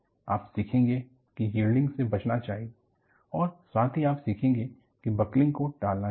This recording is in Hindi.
आप सीखेंगे कि यील्डिंग से बचना चाहिए और साथ ही आप सीखेंगे कि बकलिंग को टालना चाहिए